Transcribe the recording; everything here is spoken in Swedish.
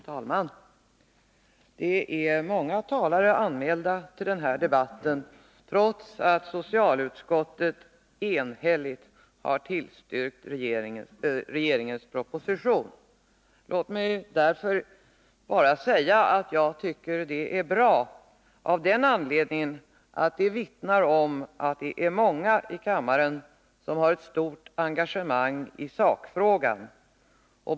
Herr talman! Det är många talare anmälda till den här debatten, trots att socialutskottet enhälligt tillstyrkt regeringens proposition. Låt mig därför bara säga att jag tycker att det är bra, av den anledningen att det vittnar om att det är många i kammaren som har ett stort engagemang i sakfrågan.